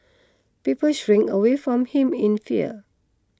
people shrink away from him in fear